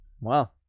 wow